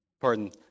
Pardon